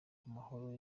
amahoro